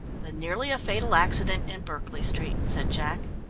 the nearly-a-fatal accident in berkeley street, said jack.